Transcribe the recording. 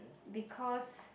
because